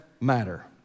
matter